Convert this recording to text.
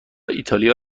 ایتالیا